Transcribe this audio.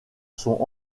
sont